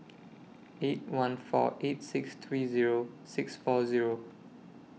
eight one four eight six three Zero six four Zero